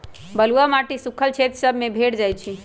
बलुआ माटी सुख्खल क्षेत्र सभ में भेंट जाइ छइ